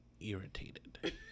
irritated